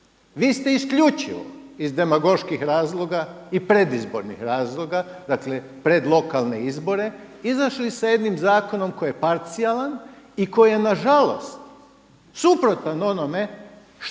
Vi ste isključivo iz demagoških razloga i predizbornih razloga pred lokalne izbore izašli sa jednim zakonom koji je parcijalan i koji je nažalost suprotan onome što